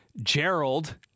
Gerald